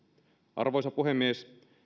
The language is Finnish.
arvoisa puhemies